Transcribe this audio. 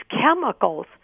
chemicals